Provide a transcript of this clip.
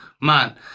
man